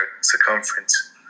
circumference